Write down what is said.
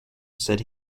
said